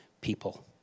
people